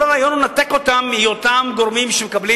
כל הרעיון הוא לנתק אותם מהיותם גורמים שמקבלים